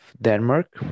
Denmark